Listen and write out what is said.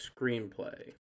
screenplay